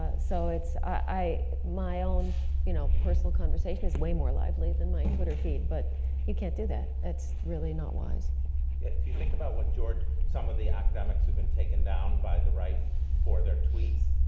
so it's, my own you know personal conversation is way more lively than my twitter feed, but you can't do that, that's really not wise. if you think about what george some of the academics who've been taken down by the right for their tweets,